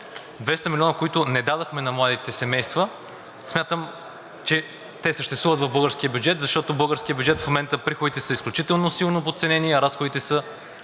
200 милиона, които не дадохме на младите семейства, смятам, че те съществуват в българския бюджет, защото в българския бюджет в момента приходите са изключително силно подценени, а разходите са